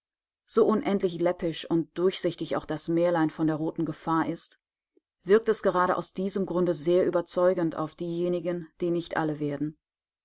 so unendlich läppisch und durchsichtig auch das märlein von der roten gefahr ist wirkt es gerade aus diesem grunde sehr überzeugend auf diejenigen die nicht alle werden